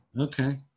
Okay